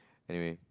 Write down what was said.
anyway